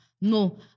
No